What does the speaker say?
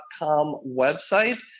website